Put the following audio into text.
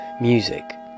music